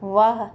वाह